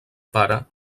pare